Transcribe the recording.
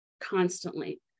constantly